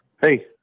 hey